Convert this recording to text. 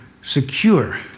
secure